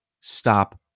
stop